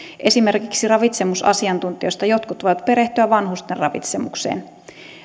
esimerkiksi ravitsemusasiantuntijoista jotkut voivat perehtyä vanhusten ravitsemukseen